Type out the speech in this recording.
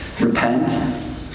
Repent